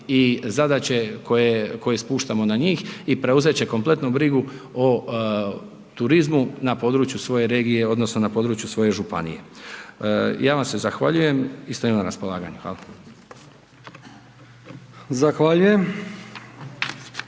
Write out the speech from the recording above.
i zadaće koje, koje spuštamo na njih i preuzet će kompletnu brigu o turizmu na području svoje regije odnosno na području svoje županije. Ja vam se zahvaljujem i stojim na raspolaganju. Hvala. **Brkić,